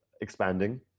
expanding